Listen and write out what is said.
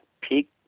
peak